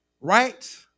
right